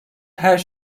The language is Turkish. her